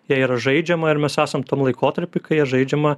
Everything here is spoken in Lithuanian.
ja yra žaidžiama ir mes esam tam laikotarpy kai ja žaidžiama